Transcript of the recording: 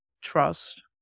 trust